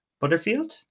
Butterfield